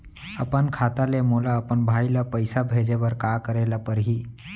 अपन खाता ले मोला अपन भाई ल पइसा भेजे बर का करे ल परही?